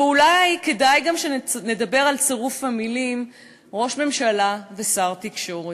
ואולי כדאי גם שנדבר על צירוף המילים "ראש הממשלה ושר התקשורת".